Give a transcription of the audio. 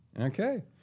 Okay